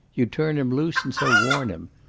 you'd turn him loose and so warn him.